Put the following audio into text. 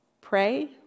Pray